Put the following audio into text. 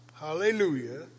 Hallelujah